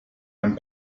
and